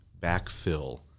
backfill